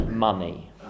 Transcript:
money